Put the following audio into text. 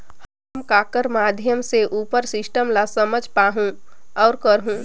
हम ककर माध्यम से उपर सिस्टम ला समझ पाहुं और करहूं?